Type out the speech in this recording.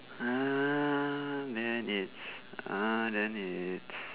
uh then it's uh then it's